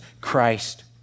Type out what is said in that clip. Christ